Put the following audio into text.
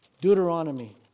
Deuteronomy